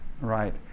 right